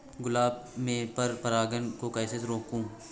गुलाब में पर परागन को कैसे रोकुं?